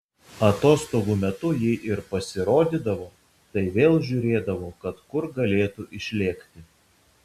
atostogų metu jei ir pasirodydavo tai vėl žiūrėdavo kad kur galėtų išlėkti